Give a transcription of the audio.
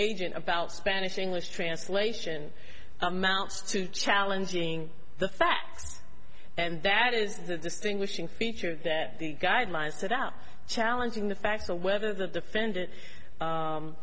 agent about spanish english translation amounts to challenging the facts and that is the distinguishing feature that the guidelines set out challenging the fact of whether the defendant